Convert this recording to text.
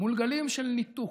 מול גלים של ניתוק